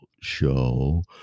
show